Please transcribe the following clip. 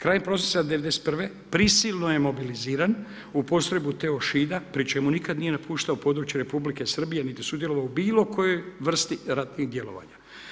Krajem prosinca '91. prisilno je mobiliziran u postrojbi Teo Šida pri čemu nikada nije napuštao područje Republike Srbije, niti sudjelovao u bilo kojoj vrsti ratnih djelovanja.